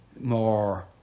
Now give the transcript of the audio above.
more